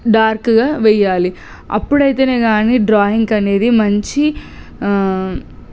డార్క్గా వెయ్యాలి అప్పుడు అయితేనే కానీ డ్రాయింగ్ అనేది మంచి